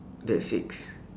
that's six